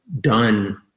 done